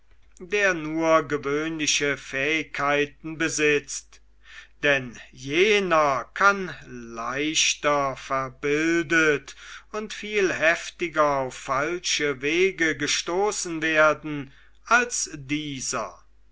der nur gewöhnliche fähigkeiten besitzt denn jener kann leichter verbildet und viel heftiger auf falsche wege gestoßen werden als dieser